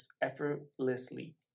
effortlessly